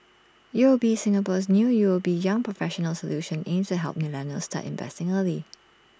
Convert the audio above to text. U O B Singapore's new U O B young professionals solution aims to help millennials start investing early